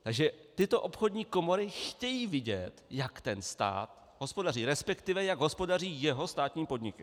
Takže tyto obchodní komory chtějí vidět, jak stát hospodaří, respektive jak hospodaří jeho státní podniky.